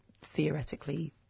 theoretically